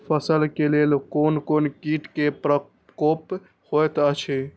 फसल के लेल कोन कोन किट के प्रकोप होयत अछि?